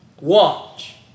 watch